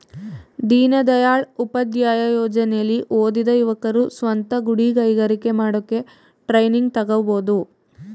ದೀನದಯಾಳ್ ಉಪಾಧ್ಯಾಯ ಯೋಜನೆಲಿ ಓದಿದ ಯುವಕರು ಸ್ವಂತ ಗುಡಿ ಕೈಗಾರಿಕೆ ಮಾಡೋಕೆ ಟ್ರೈನಿಂಗ್ ತಗೋಬೋದು